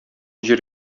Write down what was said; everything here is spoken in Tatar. җир